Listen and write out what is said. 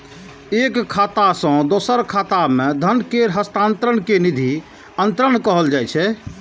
एक खाता सं दोसर खाता मे धन केर हस्तांतरण कें निधि अंतरण कहल जाइ छै